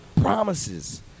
Promises